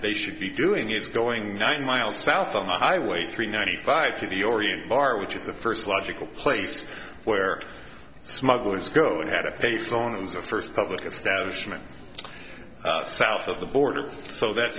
they should be doing is going nine miles south on highway three ninety five to the orient bar which is the first logical place where smugglers go and had a payphone as a first public establishment south of the border so that's